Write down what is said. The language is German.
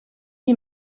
die